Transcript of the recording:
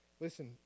Listen